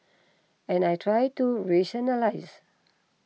and I try to rationalise